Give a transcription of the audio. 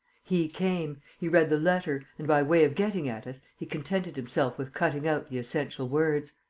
he came. he read the letter. and, by way of getting at us, he contented himself with cutting out the essential words.